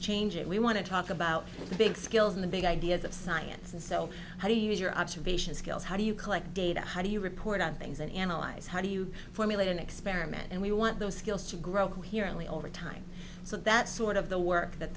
change and we want to talk about the big skills in the big ideas of science and so how do you use your observation skills how do you collect data how do you report on things and analyze how do you formulate an experiment and we want those skills to grow here only over time so that sort of the work that